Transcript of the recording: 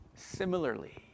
Similarly